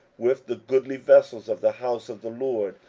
with the goodly vessels of the house of the lord,